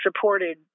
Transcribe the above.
Supported